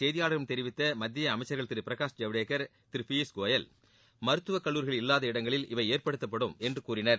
செய்தியாளர்களிடம் தெரிவித்த மத்திய இதனை அமைச்சர்கள் திரு பிரகாஷ் ஐவ்டேக்கர் திரு பியூஷ் கோயல் மருத்துவ கல்லூரிகள் இல்லாத இடங்களில் இவை ஏற்படுத்தப்படும் என்று கூறினர்